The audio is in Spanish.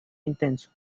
intenso